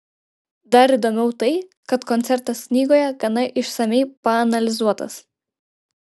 dar įdomiau tai kad koncertas knygoje gana išsamiai paanalizuotas